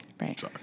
Right